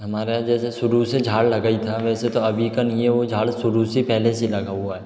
हमारा जैसे शुरू से झाड़ लगा ही था वैसे तो अभी का नहीं है वो झाड़ शुरू से पहले से लगा हुआ है